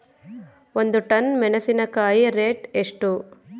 ಒಂದು ಟನ್ ಮೆನೆಸಿನಕಾಯಿ ರೇಟ್ ಎಷ್ಟು?